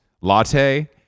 latte